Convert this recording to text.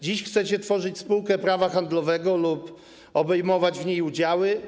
Dziś chcecie tworzyć spółkę prawa handlowego lub obejmować w niej udziały.